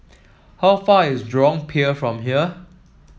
how far is Jurong Pier from here